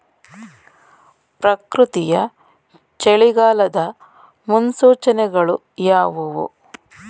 ಪ್ರಕೃತಿಯ ಚಳಿಗಾಲದ ಮುನ್ಸೂಚನೆಗಳು ಯಾವುವು?